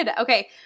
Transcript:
Okay